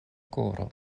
koro